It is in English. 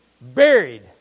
buried